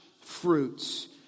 fruits